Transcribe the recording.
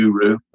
guru